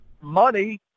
money